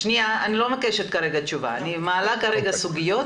שנייה, אני לא מבקשת כרגע תשובה, אני מעלה סוגיות.